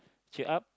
cheer up